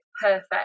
perfect